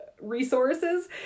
resources